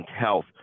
Health